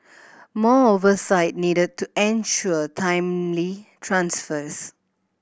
more oversight needed to ensure timely transfers